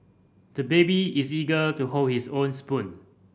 the baby is eager to hold his own spoon